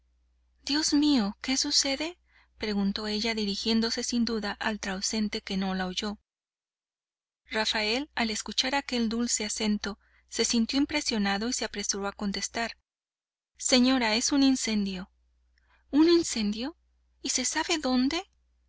dios mío qué sucede preguntó ella dirigiéndose sin duda al transeúnte que no la oyó rafael al escuchar aquel dulce acento se sintió impresionado y se apresuró a contestar señora es un incendio un incendio y se sabe dónde